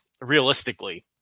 realistically